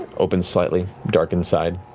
opens slightly, dark inside.